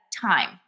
time